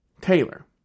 Taylor